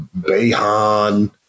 Bayhan